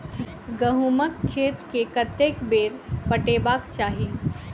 गहुंमक खेत केँ कतेक बेर पटेबाक चाहि?